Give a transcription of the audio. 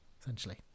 essentially